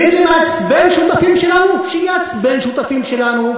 ואם זה מעצבן שותפים שלנו, שיעצבן שותפים שלנו,